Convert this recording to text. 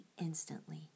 instantly